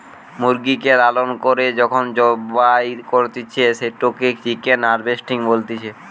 মুরগিকে লালন করে যখন জবাই করতিছে, সেটোকে চিকেন হার্ভেস্টিং বলতিছে